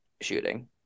shooting